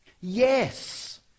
Yes